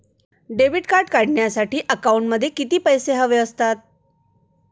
Debit card काढण्यासाठी अकाउंटमध्ये किती पैसे हवे असतात?